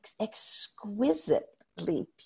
exquisitely